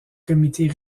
comités